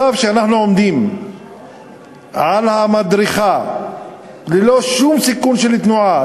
ממצב שאנחנו עומדים על המדרכה ללא שום סיכון של תנועה,